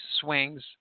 swings